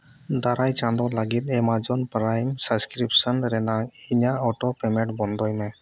ᱫᱟᱨᱟᱭ ᱪᱟᱸᱫᱳ ᱞᱟᱹᱜᱤᱫ ᱮᱢᱟᱡᱚᱱ ᱯᱨᱟᱭᱤᱢ ᱥᱟᱵᱥᱠᱨᱤᱯᱥᱚᱱ ᱨᱮᱱᱟᱜ ᱤᱧᱟᱹᱜ ᱚᱴᱳ ᱯᱮᱢᱮᱱᱴ ᱵᱚᱱᱫᱚᱭ ᱢᱮ